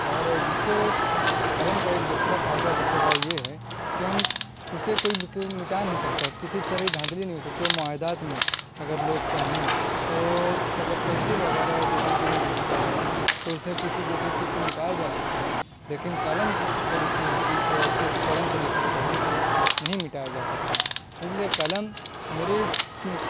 اور جس سے قلم کا ایک دوسرا فائدہ سب سے بڑا یہ ہے کہ ہم اسے کوئی بھی کوئی مٹا نہیں سکتا کسی طرح کی دھاندھلی نہیں ہو سکتی اور معاہدات میں اگر لوگ چاہیں تو اگر پینسل وغیرہ دوسری چیزوں سے لکھا جائے تو اسے کسی دوسرے چیز سے مٹایا جا سکتا ہے لیکن قلم سے لکھی ہوئی چیز کو اور اس کی قلم سے لکھی ہوئی تحریر کو نہیں مٹایا جا سکتا اس لیے قلم میری